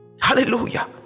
hallelujah